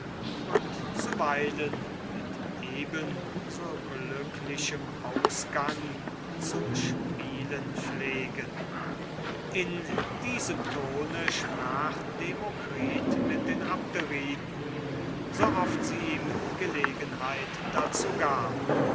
und zuweilen mit eben so glücklichem ausgang zu spielen pflegen in diesem tone sprach demokritus mit den abderiten so oft sie ihm gelegenheit dazu gaben